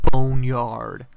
Boneyard